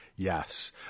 Yes